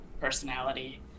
personality